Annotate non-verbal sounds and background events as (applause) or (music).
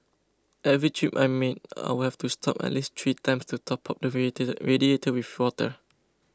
every trip I made I would have to stop at least three times to top up (unintelligible) the radiator with water